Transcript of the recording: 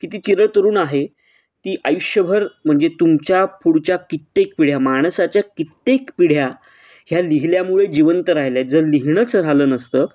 की ती चिरतरुण आहे ती आयुष्यभर म्हणजे तुमच्या पुढच्या कित्येक पिढ्या माणसाच्या कित्येक पिढ्या ह्या लिहिल्यामुळे जिवंत राहिल्या जर लिहिणंच राहिलं नसतं